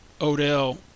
Odell